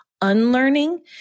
unlearning